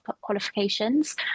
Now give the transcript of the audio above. qualifications